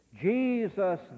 Jesus